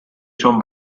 son